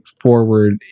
forward